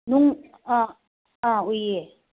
ꯅꯨꯡ ꯑꯥ ꯑꯥ ꯎꯏꯌꯦ